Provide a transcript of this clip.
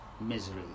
misery